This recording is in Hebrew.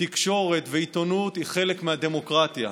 תקשורת ועיתונות הן חלק מהדמוקרטיה,